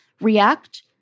React